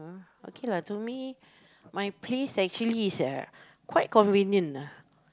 okay lah to me my place actually is uh quite convenient lah